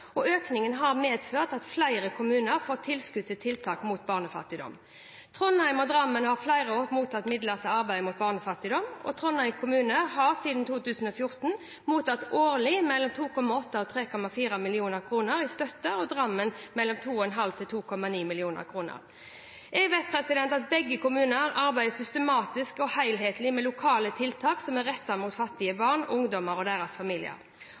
Økningen har medført at flere kommuner får tilskudd til tiltak mot barnefattigdom. Trondheim og Drammen har i flere år mottatt midler til arbeid mot barnefattigdom. Trondheim kommune har siden 2014 årlig mottatt mellom 2,8 og 3,4 mill. kr i støtte og Drammen mellom 2,5 og 2,9 mill. kr. Jeg vet at begge kommuner arbeider systematisk og helhetlig med lokale tiltak rettet mot fattige barn, ungdommer og deres familier.